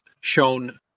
shown